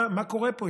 מה קורה פה?